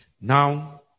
Now